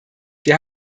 wir